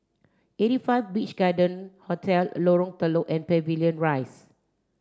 eighty five Beach Garden Hotel Lorong Telok and Pavilion Rise